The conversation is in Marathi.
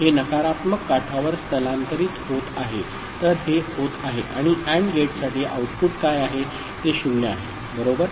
हे नकारात्मक काठावर स्थलांतरित होत आहे तर हे होत आहे आणि AND गेटसाठी आउटपुट काय आहे ते 0 आहे बरोबर